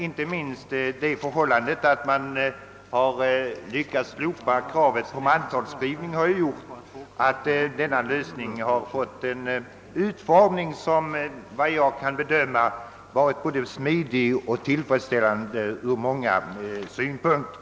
Inte minst det förhållandet att kravet på mantalsskrivning kunnat slopas har gjort att lagförslaget fått en utformning som — såvitt jag kan bedöma är både smidig och tillfredsställande ur många synpunkter.